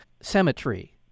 cemetery